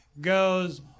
goes